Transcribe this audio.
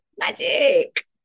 magic